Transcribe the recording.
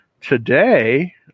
today